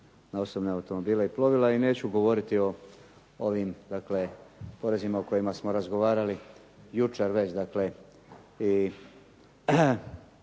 na osobne automobile i plovila i neću govoriti o ovim dakle porezima o kojima smo razgovarali jučer već, dakle i